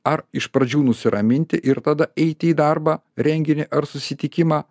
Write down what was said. ar iš pradžių nusiraminti ir tada eiti į darbą renginį ar susitikimą